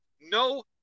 no